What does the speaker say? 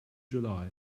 july